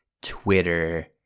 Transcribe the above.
Twitter